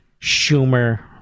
Schumer